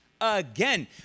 Again